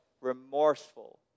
remorseful